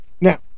Now